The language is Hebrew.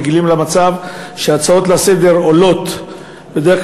רגילים למצב שהצעות לסדר-היום עולות בדרך